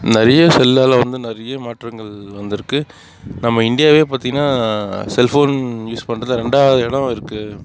நிறைய செல்லால் வந்து நிறைய மாற்றங்கள் வந்துருக்கு இப்போ நம்ம இந்தியா பார்த்திங்கன்னா செல்ஃபோன் யூஸ் பண்றதில் ரெண்டாவது இடம் இருக்குது